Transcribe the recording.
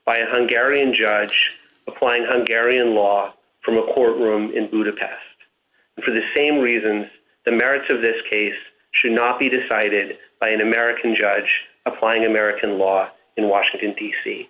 by a hungary and judge applying hungary and law from a courtroom in budapest for the same reasons the merits of this case should not be decided by an american judge applying american law in washington d